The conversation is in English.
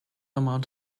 amount